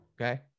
Okay